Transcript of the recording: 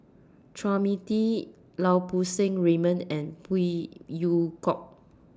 Chua Mia Tee Lau Poo Seng Raymond and Phey Yew Kok